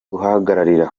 guhagararira